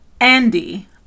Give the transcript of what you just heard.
Andy